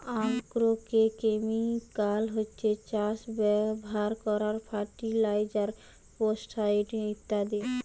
agrochemical হচ্ছে চাষে ব্যাভার কোরার ফার্টিলাইজার, পেস্টিসাইড ইত্যাদি